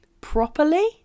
properly